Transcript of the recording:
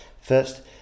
First